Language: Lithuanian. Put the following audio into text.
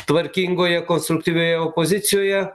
tvarkingoje konstruktyvioje opozicijoje